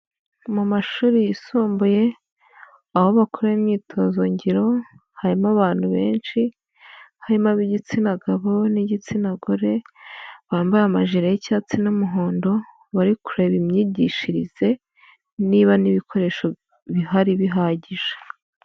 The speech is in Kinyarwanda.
Mu mashuri yisumbuye, aho bakorera imyitozo ngiro, harimo abantu benshi, harimo ab'igitsina gabo n'igitsina gore, bambaye amajire y'icyatsi n'umuhondo, bari kureba imyigishirize, niba n'ibikoresho bihari bihagije.